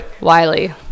Wiley